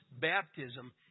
baptism